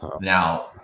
Now